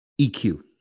EQ